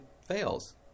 fails